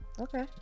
Okay